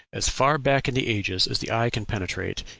as far back in the ages as the eye can penetrate,